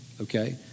okay